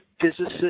physicists